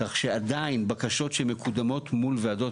כך שעדיין בקשות שמקודמות מול ועדות